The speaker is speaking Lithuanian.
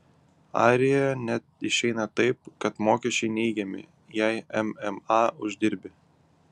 airijoje net išeina taip kad mokesčiai neigiami jei mma uždirbi